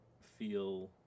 feel